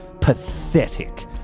pathetic